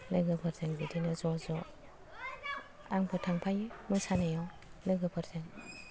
लोगोफोरजों बिदिनो ज' ज' आंबो थांफायो मोसानायाव लोगोफोरजों